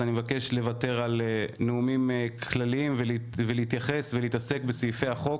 אני מבקש לוותר על נאומים כלליים ולעסוק בסעיפי החוק.